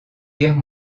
guerre